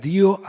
Dio